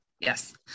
yes